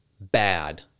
bad